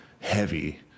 heavy